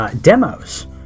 Demos